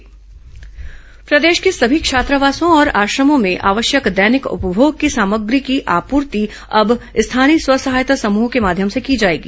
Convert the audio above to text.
आदिम जाति मंत्री बैठक प्रदेश के सभी छात्रावासों और आश्रमों में आवश्यक दैनिक उपमोग की सामग्री की आपूर्ति अब स्थानीय स्व सहायता समूहों के माध्यम से की जाएगी